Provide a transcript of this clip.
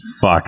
fuck